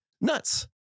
nuts